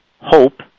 hope